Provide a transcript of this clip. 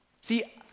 See